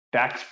tax